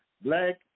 black